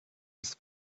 his